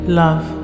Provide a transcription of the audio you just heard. love